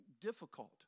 difficult